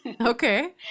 Okay